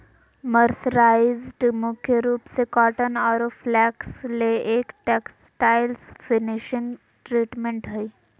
mercerised मुख्य रूप से कॉटन आरो फ्लेक्स ले एक टेक्सटाइल्स फिनिशिंग ट्रीटमेंट हई